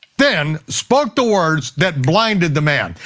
then spoke the words that blinded the man.